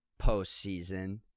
postseason